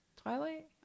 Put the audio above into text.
Twilight